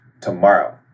tomorrow